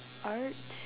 arts